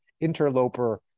interloper